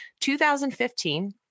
2015